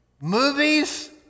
movies